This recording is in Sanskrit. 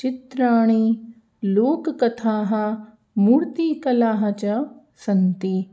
चित्राणि लोककथाः मूर्तिकलाः च सन्ति